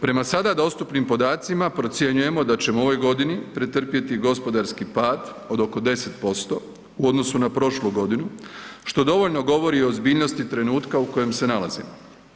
Prema sada dostupnim podacima, procjenjujemo da ćemo u ovoj godini pretrpjeti gospodarski pad od oko 10% u odnosu na prošlu godinu, što dovoljno govori o ozbiljnosti trenutka u kojem se nalazimo.